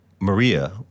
Maria